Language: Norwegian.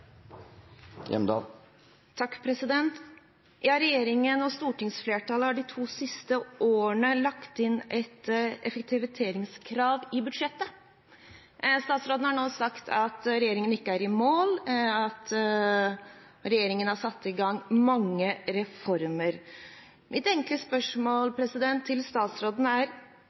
Regjeringen og stortingsflertallet har de to siste årene lagt inn et effektiviseringskrav i budsjettet. Statsråden har nå sagt at regjeringen ikke er i mål, og at regjeringen har satt i gang mange reformer. Mitt enkle spørsmål til statsråden er: